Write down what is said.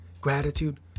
gratitude